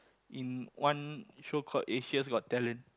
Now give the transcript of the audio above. in one show called Asia Got Talent